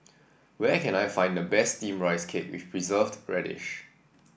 where can I find the best steam Rice Cake with Preserved Radish